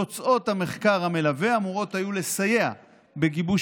תוצאות המחקר המלווה אמורות היו לסייע בגיבוש